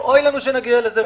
ואוי לנו שנגיע לזה,